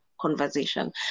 conversation